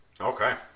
Okay